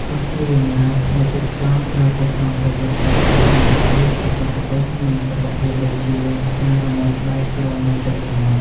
ទោះជាយ៉ាងណា ភ្ញៀវទេសចរត្រូវតែប្រុងប្រយ័ត្នចំពោះហានិភ័យបច្ចេកទេស និងសុខភាព ដូចជា ការរមាស់ស្បែកក្រោយមុជទឹកសមុទ្រ។